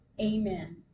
Amen